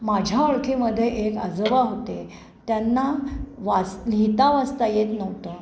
माझ्या ओळखीमध्ये एक आजोबा होते त्यांना वास लिहिता वाचता येत नव्हतं